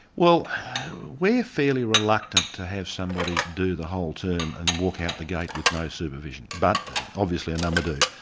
well we're fairly reluctant to have somebody do the whole term and walk out the gate with no supervision. but obviously, a number do.